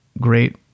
great